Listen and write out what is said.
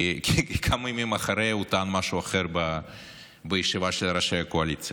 כי כמה ימים אחרי הוא טען משהו אחר בישיבה של ראשי הקואליציה.